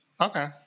Okay